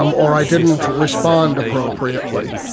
um or i didn't respond appropriately,